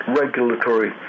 regulatory